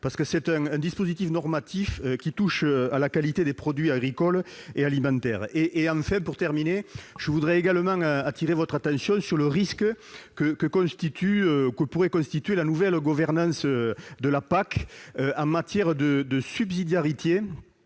car il s'agit d'un dispositif normatif qui touche à la qualité des produits agricoles et alimentaires. J'attire également votre attention sur le risque que pourrait constituer la nouvelle gouvernance de la PAC en matière de subsidiarité